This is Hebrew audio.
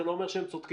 זה לא אומר שהם צודקים.